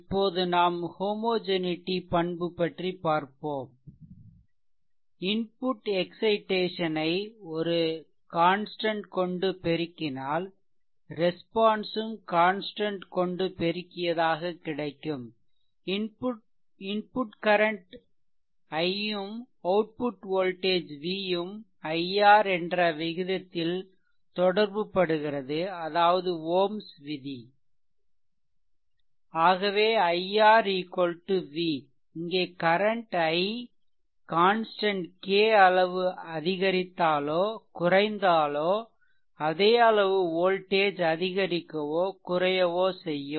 input excitation ஐ ஒரு constant கொண்டு பெருக்கினால் ரெஸ்பான்ஸ் ம் கான்ஸ்டன்ட் கொண்டு பெருக்கியதாக கிடைக்கும் இன்புட் கரன்ட் I ம் அவுட்புட் வோல்டேஜ் v ம் i R என்ற விதத்தில் தொடர்பு படுகிறது அதாவது ஓம்ஸ் விதி Ωs law ஆகவே iR V இங்கே கரன்ட் I கான்ஸ்டன்ட் k அளவு அதிகரித்தாலோ குறைந்தாலோ அதே அளவு வோல்டேஜ் அதிகரிக்கவோ குறையவோ செய்யும்